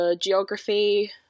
geography